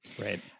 Right